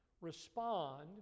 respond